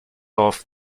off